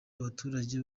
abaturage